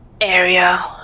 area